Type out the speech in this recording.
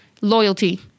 loyalty